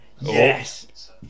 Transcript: Yes